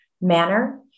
manner